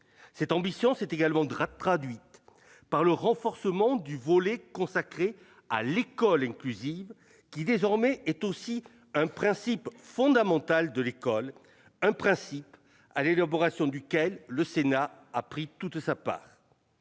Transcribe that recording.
Cette ambition s'est également traduite par le renforcement du volet consacré à l'école inclusive, qui désormais est aussi un principe fondamental de l'école, un principe à l'élaboration duquel le Sénat a pris toute sa part.